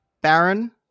Baron